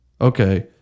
okay